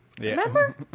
Remember